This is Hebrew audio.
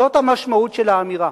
זאת המשמעות של האמירה.